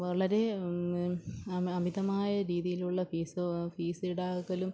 വളരെ അമിതമായ രീതിയിലുള്ള ഫീസോ ഫീസ് ഈടാക്കലും